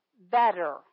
better